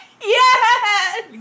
Yes